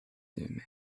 them